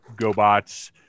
GoBots